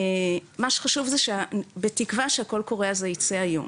מה שחשוב שבתקווה שה-'קול קורא' הזה ייצא היום.